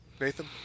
nathan